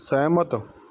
ਸਹਿਮਤ